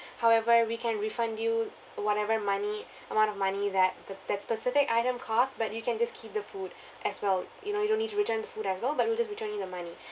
however we can refund due whatever money amount of money that that that specific item costs but you can just keep the food as well you know you don't need to return food as well but we'll just return you the money